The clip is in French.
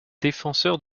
défenseur